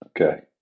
Okay